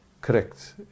Correct